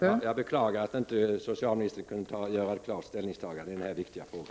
Fru talman! Jag beklagar att socialministern inte kunde göra ett klart ställningstagande i denna fråga.